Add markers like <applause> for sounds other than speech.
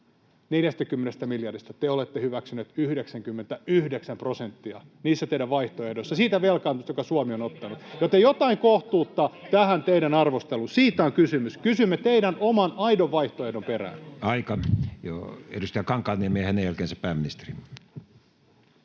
40 miljardista te olette hyväksyneet 99 prosenttia [Ville Tavio pyytää vastauspuheenvuoroa] siinä teidän vaihtoehdossanne siitä velkaantumisesta, jonka Suomi on ottanut, <noise> joten jotain kohtuutta tähän teidän arvosteluunne. Siitä on kysymys. Kysymme teidän oman aidon vaihtoehdon perään. Edustaja Kankaanniemi ja hänen jälkeensä pääministeri.